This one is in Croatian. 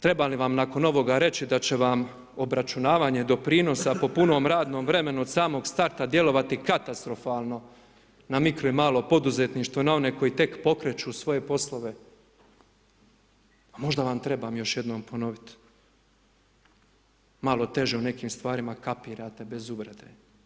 Treba li vam nakon ovoga reći da će vam obračunavanje doprinosa po punom radnom vremenu od samog starta djelovati katastrofalno na mikro i malo poduzetništvo, na one koji tek pokreću svoje poslove, a možda vam trebam još jednom ponovit, malo teže u nekim stvarima kapirate bez uvrede.